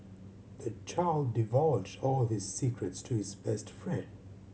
the child divulged all his secrets to his best friend